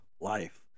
life